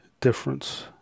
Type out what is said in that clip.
difference